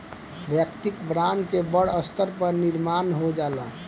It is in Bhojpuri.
वैयक्तिक ब्रांड के बड़ स्तर पर निर्माण हो जाला